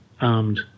Armed